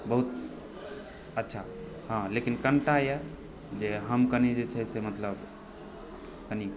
बहुत अच्छा हँ लेकिन कनिटा यऽ जे हम कनि जे छै से मतलब कनि